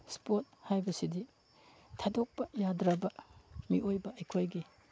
sport ꯍꯥꯏꯕꯁꯤꯗꯤ ꯊꯥꯗꯣꯛꯄ ꯌꯥꯗ꯭ꯔꯕ ꯃꯤꯑꯣꯏꯕ ꯑꯩꯈꯣꯏꯒꯤ